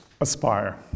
aspire